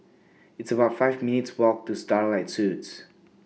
It's about five minutes' Walk to Starlight Suites